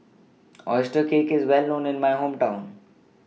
Oyster Cake IS Well known in My Hometown